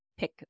pick